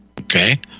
Okay